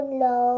no